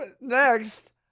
Next